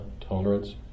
tolerance